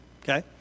Okay